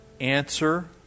answer